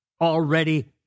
already